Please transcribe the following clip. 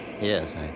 Yes